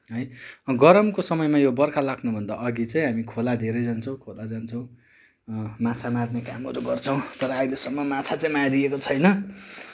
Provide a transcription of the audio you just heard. है गरमको समयमा यो बर्खा लाग्नुभन्दा अघि चाहिँ खोलातिर जान्छौँ खोला जान्छौँ माछा मार्ने कामहरू गर्छौँ तर अहिलेसम्म माछा चाहिँ मारिएको छैन